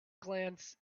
glance